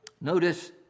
Notice